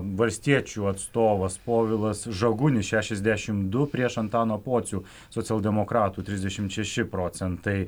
valstiečių atstovas povilas žagunis šešiasdešimt du prieš antaną pocių socialdemokratų trisdešimt šeši procentai